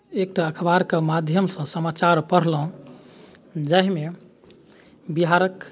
एकटा अखबारके माध्यमसँ समाचार पढ़लहुँ जाहिमे बिहारके